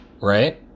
right